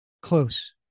close